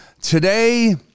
Today